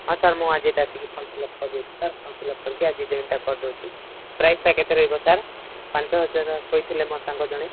ହଁ ସାର୍ ମୁଁ ଆଜି ତ ଆସିକି ଫର୍ମ ଫିଲଅଫ୍ କରିଦେଉଛି ସାର୍ ଫର୍ମ ଫିଲଅପ୍ କରିକି ଆଜି ଜଏନ୍ଟା କରିଦେଉଛି ପ୍ରାଇସ୍ଟା କେତେ ରହିବ ସାର୍ ପାଞ୍ଚହଜାର କହିଥିଲେ ମୋ ସାଙ୍ଗ ଜଣେ